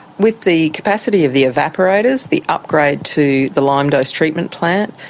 with the capacity of the evaporators, the upgrade to the lime dose treatment plant,